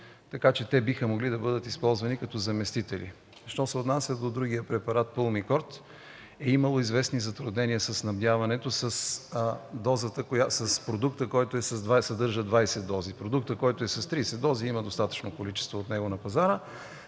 Така че те биха могли да бъдат използвани като заместители. Що се отнася до другия – Pulmicort, имало е известни затруднения със снабдяването с продукта, който съдържа 20 дози. От продукта, който е с 30 дози, има достатъчно количество на пазара.